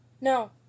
No